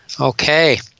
Okay